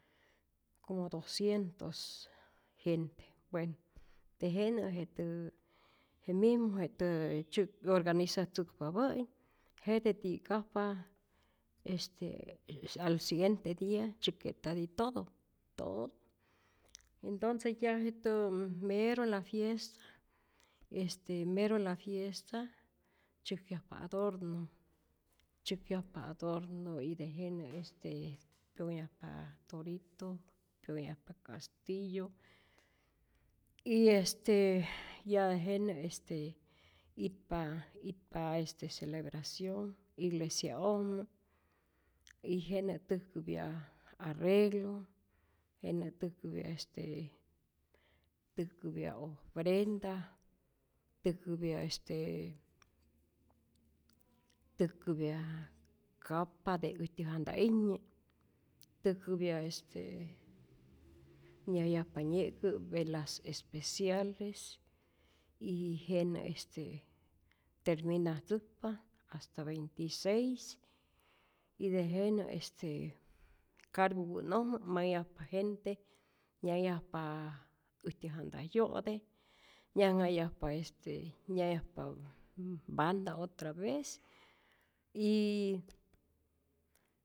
Como doscientos gente, bueno tejenä jetä je mumu jetä tzyäk 'yoganizatzäkpapä'i, jete ti'kajpa este al siguiente dia tzyäk'ke'tati todo, todo entonce ya jetä mero la fiesta, este mero la fiesta, tzyäjkyajpa adorno, tzyäjkyajpa adorno. y tejenä este pyonhyajpa torito, pyonhyajpa castillo, y este ya tejenä este itpa itpa este celebracion iglesia'ojmä y jenä täjkäpya arreglo, jenä täjkäpya este täjkäpya ofrenda, täjkäpya este täjkäpya capa de äjtyä janta'ijnye, täjkäpya este nyäjayajpa nye'kä velas especiales y jenä este terminatzäkpa hasta veintiseis y tejenä este cargu'pä'nojmä mayajpa gente, nyayajpa äjtyä janta' 'yo'te, nyajnhayajpa este nyayajpa m m banda otra vez y yy